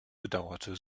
bedauerte